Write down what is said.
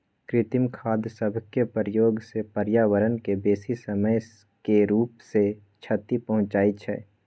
कृत्रिम खाद सभके प्रयोग से पर्यावरण के बेशी समय के रूप से क्षति पहुंचइ छइ